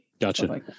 gotcha